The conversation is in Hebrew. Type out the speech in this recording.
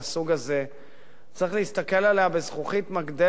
הזה צריך להסתכל עליה בזכוכית מגדלת,